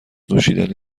نوشیدنی